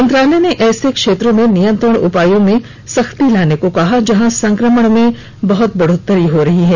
मंत्रालय ने ऐसे क्षेत्रों में नियंत्रण उपायों में सख्ती लाने को कहा है जहां संक्रमण में बहुत बढ़ोतरी हो रही हो